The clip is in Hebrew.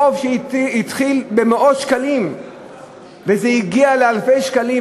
חוב שהתחיל במאות שקלים והגיע לאלפי שקלים,